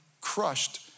crushed